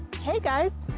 hey guys!